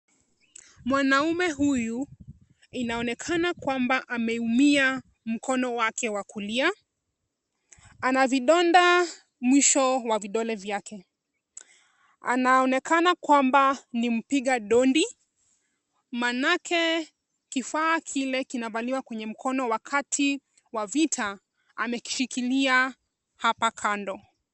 Mwanamume huyu inaonekana ya kwamba ameumia mkono wake wa kulia. Ana vidonda mwisho wa vidole vyake. Anaonekana kwamba ni mpiga dondi maanake kifaa kile kinavaliwa kwenye mkono wakati wa vita amekishikilia hapa kando.